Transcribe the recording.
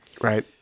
Right